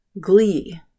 glee